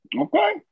Okay